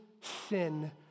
sin